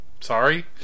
Sorry